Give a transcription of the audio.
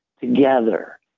together